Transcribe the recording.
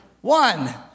One